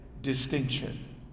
distinction